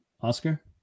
Oscar